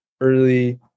early